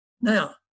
Now